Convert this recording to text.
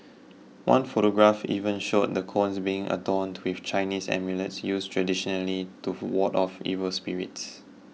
one photograph even showed the cones being adorned with Chinese amulets used traditionally to ward off evil spirits